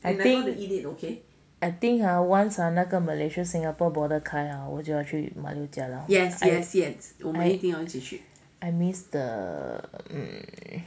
I think once ah 那个 malaysia singapore border 开 ah I miss the